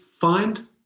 find